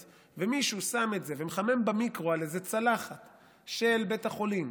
ומישהו שם את זה ומחמם במיקרו על איזו צלחת של בית החולים